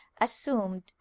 assumed